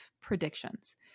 predictions